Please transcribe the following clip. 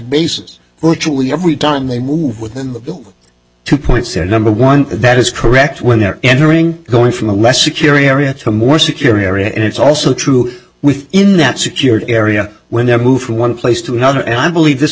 basis virtually every time they move within the two point zero number one that is correct when they're entering going from a less secure area to a more secure area and it's also true within that security area when they're moved from one place to another and i believe this